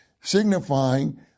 signifying